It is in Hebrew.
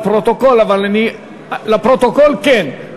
לפרוטוקול כן,